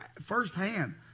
firsthand